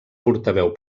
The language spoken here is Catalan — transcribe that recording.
portaveu